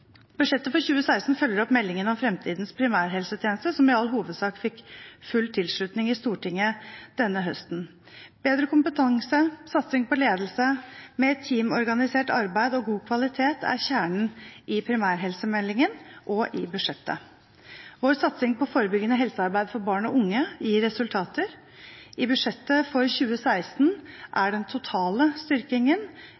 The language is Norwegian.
Budsjettet for 2016 følger opp meldingen om fremtidens primærhelsetjeneste, som i all hovedsak fikk full tilslutning i Stortinget denne høsten. Bedre kompetanse, satsing på ledelse, mer teamorganisert arbeid og god kvalitet er kjernen i primærhelsemeldingen og i budsjettet. Vår satsing på forebyggende helsearbeid for barn og unge gir resultater. I budsjettet for 2016 er den totale styrkingen,